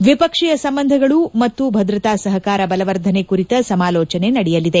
ದ್ವಿಪಕ್ಷೀಯ ಸಂಬಂಧಗಳು ಮತ್ತು ಭದ್ರತಾ ಸಹಕಾರ ಬಲವರ್ಧನೆ ಕುರಿತ ಸಮಾಲೋಚನೆ ನಡೆಯಲಿದೆ